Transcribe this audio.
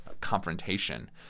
confrontation